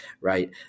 right